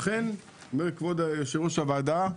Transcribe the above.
אכן, כבוד יו"ר הוועדה,